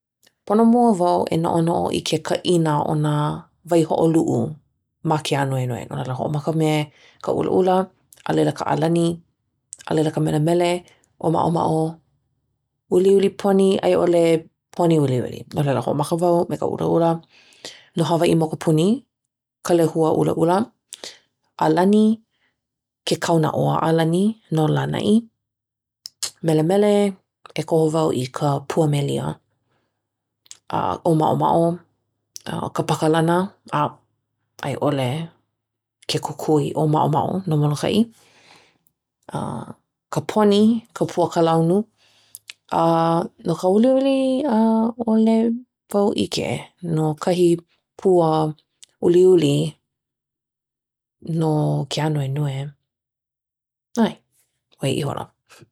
Pono mua wau e noʻonoʻo i ke kaʻina o nā waihoʻoluʻu ma ke ānuenue. No laila hoʻomaka me ka ʻulaʻula, a laila ka ʻalani, a laila ka melemele, ʻōmaʻomaʻo, uliuli poni a i ʻole poni uliuli. No laila hoʻomaka wau me ka ʻulaʻula No Hawaiʻi mokupuni, ka lehua ʻulaʻula ʻAlani, ke kaunaʻoa ʻalani no Lānaʻi Melemele e koho wau i ka pua melia. ʻŌmaʻomaʻo ka pakalana a i ʻole ke kukui ʻōmaʻomaʻo no Molokaʻi ka poni, ka pua kalaunu. No ka uliuli ʻaʻole wau ʻike no kahi pua uliuli no ke ānuenue. ʻAe, ʻoia ihola.